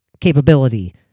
capability